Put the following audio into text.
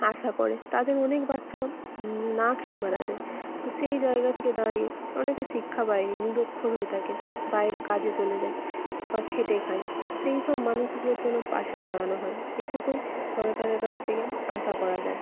আশা করে তাদের অনেক বাচ্চা না খেয়ে মারা যায় তো সেই জায়গা থেকে দাঁড়িয়ে অনেকে শিক্ষা পায়নি নিরক্ষর হয়ে থাকে বাইরে কাজে চলে যায় বা খেটে খায় সেই সব মানুষগুলোর জন্য পাশে দাঁড়ানো হয় এটুকুই সরকারের কাছ থেকে আশা করা যায়